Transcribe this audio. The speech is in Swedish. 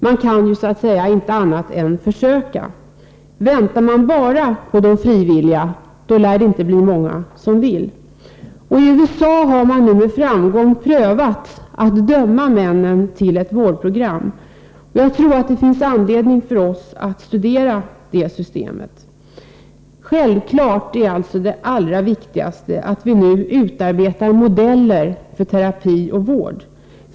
Man kan ju så att säga inte annat än försöka. Väntar man bara på de frivilliga, då lär det inte bli många som vill. I USA har man nu med framgång prövat att döma männen till ett vårdprogram. Jag tror att det finns anledning för oss att studera det systemet. Det allra viktigaste är alltså att vi nu utarbetar modeller för terapi och vård.